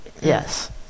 yes